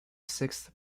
sixth